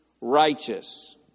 righteous